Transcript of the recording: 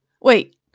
Wait